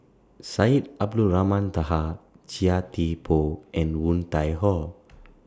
Syed Abdulrahman Taha Chia Thye Poh and Woon Tai Ho